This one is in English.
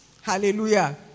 Hallelujah